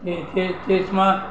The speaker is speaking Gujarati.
ચેસમાં